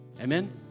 Amen